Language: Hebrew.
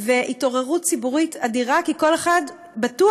והתעוררות ציבורית אדירה כי כל אחד בטוח,